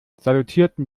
salutierten